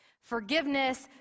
Forgiveness